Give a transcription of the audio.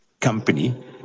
company